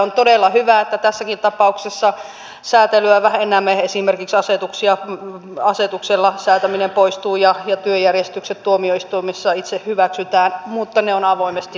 on todella hyvä että tässäkin tapauksessa säätelyä vähennämme esimerkiksi asetuksella säätäminen poistuu ja työjärjestykset tuomioistuimissa itse hyväksytään mutta ne ovat avoimesti netissä